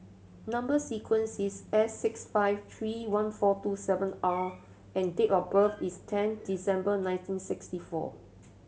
number sequence is S six five three one four two seven R and date of birth is ten December nineteen sixty four